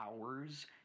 hours